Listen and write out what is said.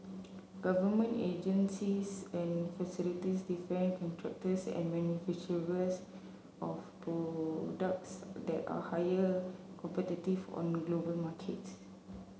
government agencies and facilities defence contractors and manufacturers of products that are higher competitive on global markets